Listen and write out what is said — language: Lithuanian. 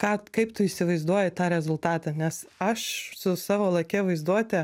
ką kaip tu įsivaizduoji tą rezultatą nes aš su savo lakia vaizduote